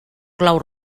clau